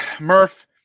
Murph